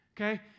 okay